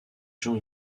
gens